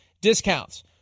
discounts